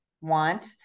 want